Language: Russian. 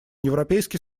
европейский